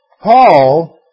Paul